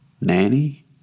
Nanny